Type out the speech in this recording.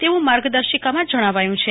તેવું માર્ગદર્શિકામાં જણાવાયું છે